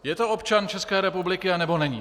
Je to občan České republiky, anebo není?